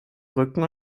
rücken